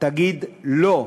תגיד לא,